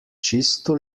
čisto